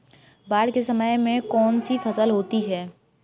बाढ़ के समय में कौन सी फसल होती है?